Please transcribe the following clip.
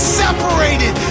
separated